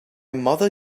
mother